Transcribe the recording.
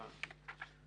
הבנתי.